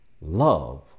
love